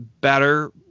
better